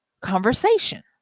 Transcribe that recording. conversation